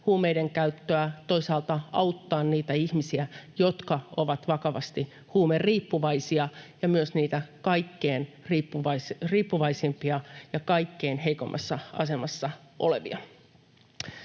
huumeiden käyttöä ja toisaalta auttaa niitä ihmisiä, jotka ovat vakavasti huumeriippuvaisia ja myös niitä kaikkein riippuvaisimpia ja kaikkein heikoimmassa asemassa olevia.